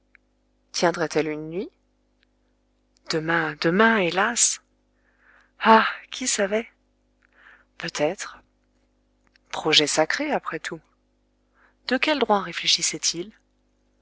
tiendrait elle une nuit demain demain hélas ah qui savait peut-être projet sacré après tout de quel droit